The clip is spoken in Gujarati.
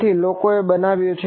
તેથી લોકોએ બનાવ્યું છે